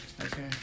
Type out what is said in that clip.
Okay